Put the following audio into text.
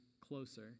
closer